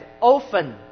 often